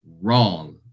wrong